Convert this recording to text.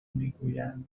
میگویند